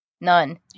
none